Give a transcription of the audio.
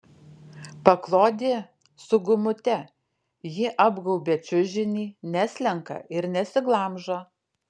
paklodė su gumute ji apgaubia čiužinį neslenka ir nesiglamžo